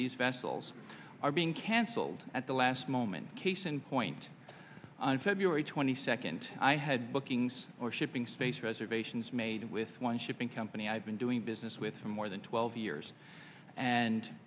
these vessels are being canceled at the last moment case in point on february twenty second i had bookings or shipping space reservations made with one shipping company i've been doing business with for more than twelve years and